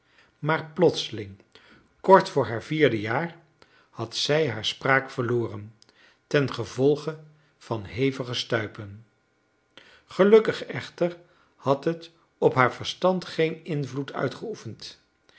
maar plotseling kort vr haar vierde jaar had zij haar spraak verloren tengevolge van hevige stuipen gelukkig echter had het op haar verstand geen invloed uitgeoefend